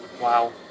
Wow